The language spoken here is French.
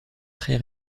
très